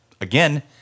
again